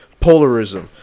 polarism